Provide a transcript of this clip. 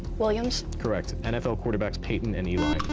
williams. correct. nfl quarterbacks peyton and eli.